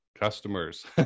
customers